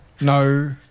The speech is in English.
No